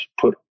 put